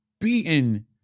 beaten